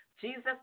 Jesus